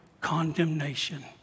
condemnation